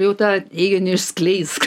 jau tą teiginį neišskleisk